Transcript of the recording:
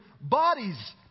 bodies